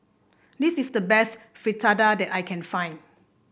this is the best Fritada that I can find